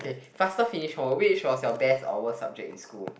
faster finish oh which was your best or worst subject in school